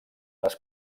les